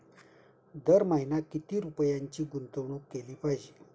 दर महिना किती रुपयांची गुंतवणूक केली पाहिजे?